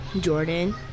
Jordan